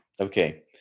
Okay